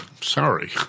Sorry